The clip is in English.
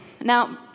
now